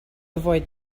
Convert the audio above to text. avoid